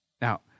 now